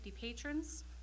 patrons